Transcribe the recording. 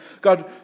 God